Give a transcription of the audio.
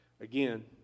Again